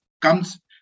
comes